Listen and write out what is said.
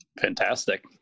Fantastic